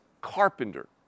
carpenter